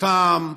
אותן,